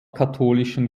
katholischen